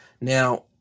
Now